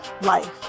life